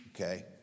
okay